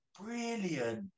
Brilliant